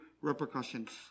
repercussions